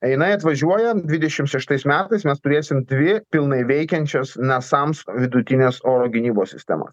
jinai atvažiuoja dvidešimt šeštais metais mes turėsim dvi pilnai veikiančias nasams vidutines oro gynybos sistemas